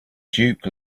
duke